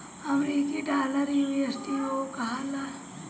अमरीकी डॉलर यू.एस.डी.ओ कहाला